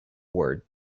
word